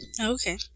Okay